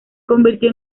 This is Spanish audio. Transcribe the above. convirtió